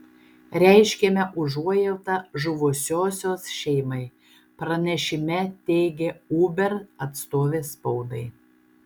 reiškiame užuojautą žuvusiosios šeimai pranešime teigė uber atstovė spaudai